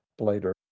later